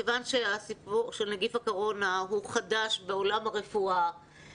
כיוון שהסיפור של נגיף הקורונה הוא חדש בעולם הרפואה,